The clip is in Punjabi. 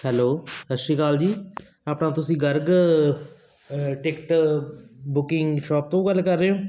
ਹੈਲੋ ਸਤਿ ਸ੍ਰੀ ਅਕਾਲ ਜੀ ਆਪਣਾ ਤੁਸੀਂ ਗਰਗ ਟਿਕਟ ਬੁਕਿੰਗ ਸ਼ੌਪ ਤੋਂ ਗੱਲ ਕਰ ਰਹੇ ਹੋ